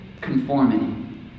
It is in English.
conformity